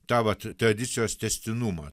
tą vat tradicijos tęstinumą